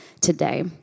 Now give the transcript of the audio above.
today